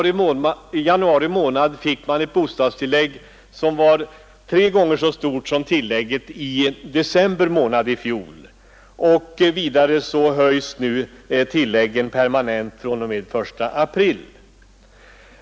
I januari månad utgick ett bostadstillägg som var tre gånger så stort som tillägget i december i fjol. Vidare höjs nu tilläggen fr.o.m. den 1 april.